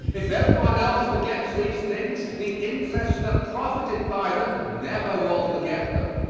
if everyone else forgets these things the interests that profited by them never will forget them.